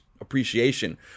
appreciation